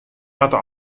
moatte